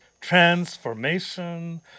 transformation